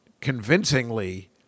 convincingly